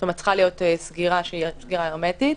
זאת אומרת צריכה להיות סגירה שהיא סגירה הרמטית.